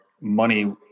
money